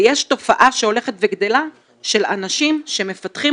ויש תופעה שהולכת וגדלה של אנשים שמפתחים